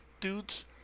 dudes